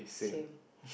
same